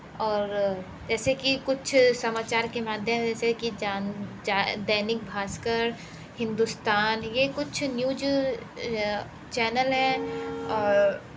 और जैसे कि कुछ समाचार के माध्यम जैसे कि जान जा दैनिक भास्कर हिंदुस्तान ये कुछ न्यूज़ चैनल है और